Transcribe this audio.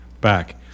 back